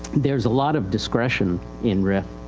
thereis a lot of discretion in rif,